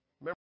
Remember